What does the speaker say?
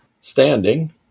standing